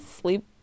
sleep